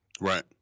Right